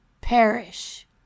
perish